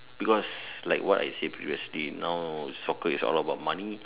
because like what I said previously now soccer is all about money